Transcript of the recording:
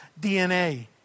DNA